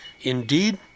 Indeed